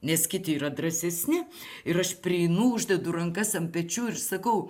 nes kiti yra drąsesni ir aš prieinu uždedu rankas ant pečių ir sakau